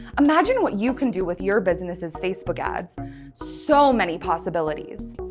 imagine what you can do with your business's facebook ads so. many. possibilities.